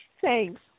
Thanks